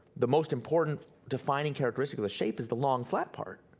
the most important defining characteristic of the shape is the long flat part.